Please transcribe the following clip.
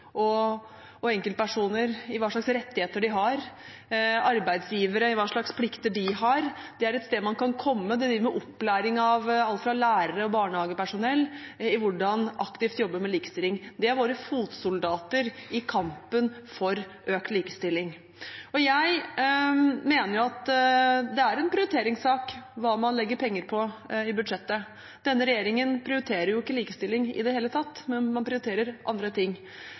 bedrifter og enkeltpersoner i hvilke rettigheter de har, og arbeidsgivere i hvilke plikter de har. Det er et sted man kan komme, man driver med opplæring av lærere og barnehagepersonell i hvordan man aktivt jobber med likestilling. Det er våre fotsoldater i kampen for økt likestilling. Jeg mener at det er en prioriteringssak hva man legger penger i i budsjettet. Denne regjeringen prioriterer ikke likestilling i det hele tatt, man prioriterer andre ting.